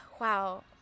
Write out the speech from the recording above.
Wow